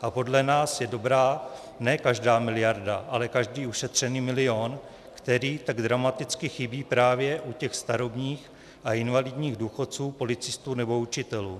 A podle nás je dobrá ne každá miliarda, ale každý ušetřený milion, který tak dramaticky chybí právě u těch starobních a invalidních důchodců, policistů nebo učitelů.